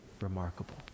remarkable